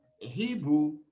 hebrew